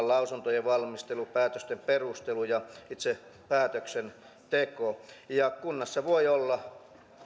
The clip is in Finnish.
lausuntojen valmistelu päätösten perustelu ja itse päätöksenteko ja kunnassa voi olla